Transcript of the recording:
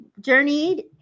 journeyed